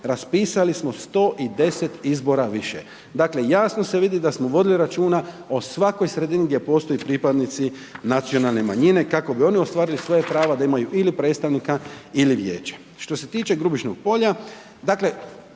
raspisali smo 110 izbora više. Dakle, jasno se vidi da smo vodili računa o svakoj sredini gdje postoje pripadnici nacionalne manjine, kako bi oni ostvarili svoje pravo da imaju ili predstavnika ili vijeće. Što se tiče Grubišnog Polja, dakle